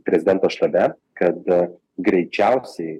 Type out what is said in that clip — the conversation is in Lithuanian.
prezidento štabe kad greičiausiai